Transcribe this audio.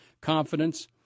confidence